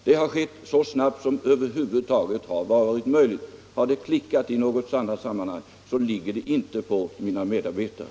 Detta har skett så snabbt som över huvud taget har varit möjligt. Har det klickat i något annat sammanhang, ligger ansvaret för det inte på mina medarbetare.